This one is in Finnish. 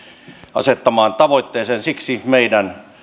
asettamaan tavoitteeseen siksi meidän